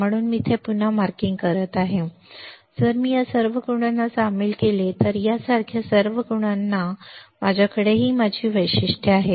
म्हणून मी इथे पुन्हा मार्किंग करत आहे आता जर मी या सर्व गुणांना सामील केले जर मी यासारख्या सर्व गुणांना सामील केले तर माझ्याकडे माझी वैशिष्ट्ये आहेत